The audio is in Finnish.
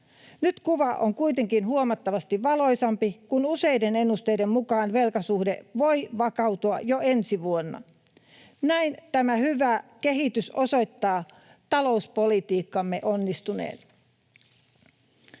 Nyt kuva on kuitenkin huomattavasti valoisampi, kun useiden ennusteiden mukaan velkasuhde voi vakautua jo ensi vuonna. Näin tämä hyvä kehitys osoittaa talouspolitiikkamme onnistuneen.